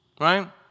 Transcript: Right